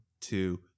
two